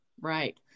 Right